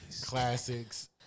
classics